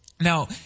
Now